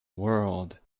world